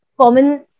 common